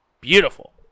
Beautiful